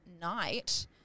night